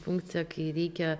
funkcija kai reikia